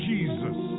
Jesus